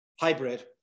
hybrid